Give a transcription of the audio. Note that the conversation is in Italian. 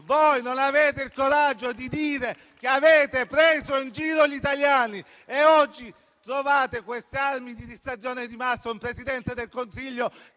Voi non avete il coraggio di dire che avete preso in giro gli italiani e oggi trovate queste armi di distrazione di massa! Un Presidente del Consiglio